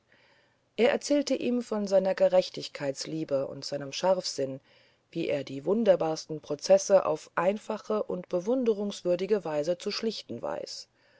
er erzählte ihm von seiner gerechtigkeitsliebe und seinem scharfsinn wie er die wunderbarsten prozesse auf einfache und bewundernswürdige weise zu schlichten weiß